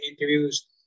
interviews